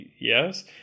yes